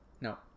No